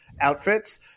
outfits